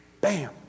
bam